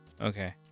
Okay